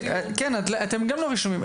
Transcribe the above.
אתם גם לא רשומים.